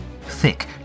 Thick